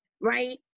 right